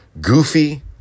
Goofy